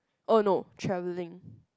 oh no travelling